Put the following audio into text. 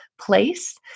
place